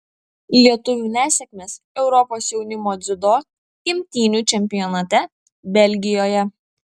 lietuvių nesėkmės europos jaunimo dziudo imtynių čempionate belgijoje